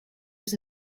was